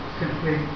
simply